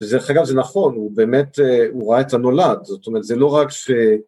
זה, דרך אגב, זה נכון, הוא באמת, הוא ראה את הנולד, זאת אומרת, זה לא רק ש...